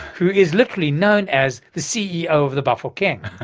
who is literally known as the ceo of the bafokeng.